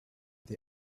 they